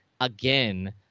again